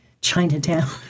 Chinatown